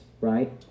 right